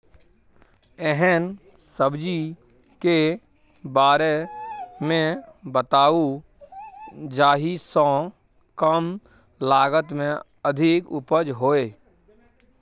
एहन सब्जी के बारे मे बताऊ जाहि सॅ कम लागत मे अधिक उपज होय?